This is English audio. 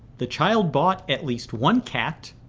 the child bought at least one cat,